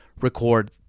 record